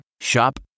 Shop